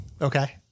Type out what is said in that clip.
Okay